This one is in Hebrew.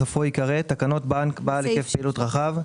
בסופו ייקרא: ""תקנות בנק בעל היקף פעילות רחב"